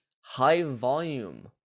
high-volume